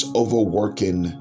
overworking